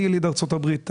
אני יליד ארצות הברית,